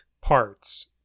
parts